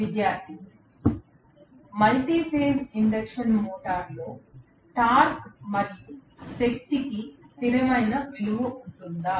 విద్యార్థి multi phase induction మోటారులో torque మరియు శక్తికి స్థిరమైన విలువ ఉంటుందా